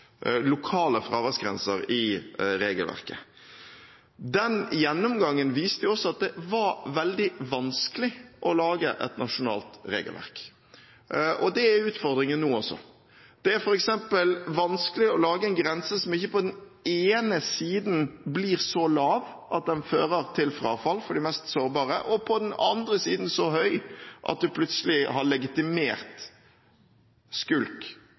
lokale fraværsgrenser i regelverket. Den gjennomgangen viste også at det var veldig vanskelig å lage et nasjonalt regelverk. Det er utfordringen nå også. Det er f.eks. vanskelig å lage en grense som ikke på den ene siden blir så lav at den fører til frafall for de mest sårbare, og på den andre siden så høy at du plutselig har legitimert skulk